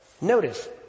notice